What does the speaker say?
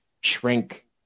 shrink